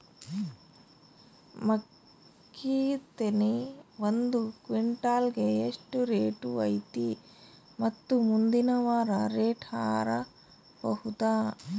ಮೆಕ್ಕಿ ತೆನಿ ಒಂದು ಕ್ವಿಂಟಾಲ್ ಗೆ ಎಷ್ಟು ರೇಟು ಐತಿ ಮತ್ತು ಮುಂದಿನ ವಾರ ರೇಟ್ ಹಾರಬಹುದ?